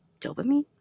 dopamine